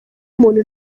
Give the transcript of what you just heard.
umuntu